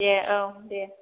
दे औ दे